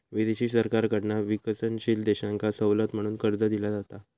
विदेशी सरकारकडना विकसनशील देशांका सवलत म्हणून कर्ज दिला जाता